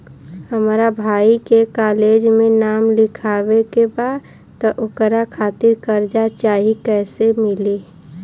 हमरा भाई के कॉलेज मे नाम लिखावे के बा त ओकरा खातिर कर्जा चाही कैसे मिली?